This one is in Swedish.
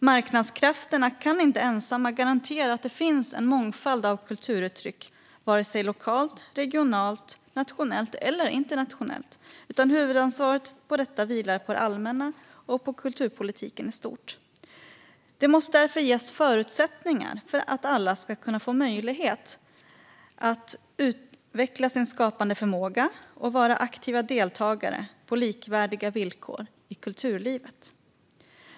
Marknadskrafterna kan inte ensamma garantera att det finns en mångfald av kulturuttryck - varken lokalt, regionalt, nationellt eller internationellt. Huvudansvaret för detta vilar på det allmänna och på kulturpolitiken i stort. Det måste därför ges förutsättningar för att alla ska få möjlighet att utveckla sin skapande förmåga och vara aktiva deltagare på likvärdiga villkor i kulturlivet.